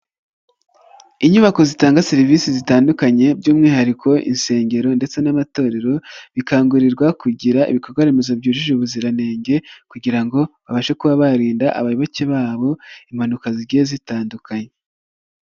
Inyubako zitanga serivisi zitandukanye by'umwihariko insengero ndetse n'amatorero, bikangurirwa kugira ibikorwaremezo byujuje ubuziranenge kugira ngo babashe kuba barinda abayoboke babo, impanuka zigiye zitandukanye.